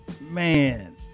man